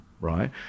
right